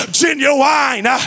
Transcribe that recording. genuine